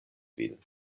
vin